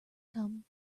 come